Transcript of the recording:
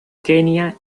kenia